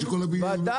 כשכל הבניין עומד ליפול.